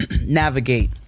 navigate